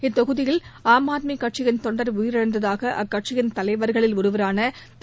இத்தாக்குதலில் ஆம் ஆத்மி கட்சியின் தொண்டர் உயிரிழந்ததாக அக்கட்சியின் தலைவர்களில் ஒருவரான திரு